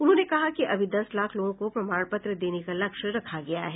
उन्होंने कहा कि अभी दस लाख लोगों को प्रमाण पत्र देने का लक्ष्य रखा गया है